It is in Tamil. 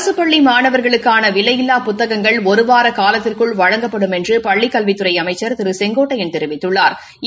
அரசு பள்ளி மாணவர்ளுக்கான விலையில்லா புததகங்கள் ஒரு வார காலத்திற்குள் வழங்கப்படும் என்று பள்ளிக் கல்வித் துறை அமைச்சா் திரு கே ஏ செங்கோட்டையள் தெரிவித்துள்ளாா்